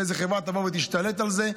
שאיזו חברה תבוא ותשתלט על זה.